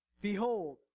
Behold